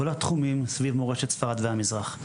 בכל התחומים סביב מורשת ספרד והמזרח,